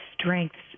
strengths